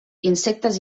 insectes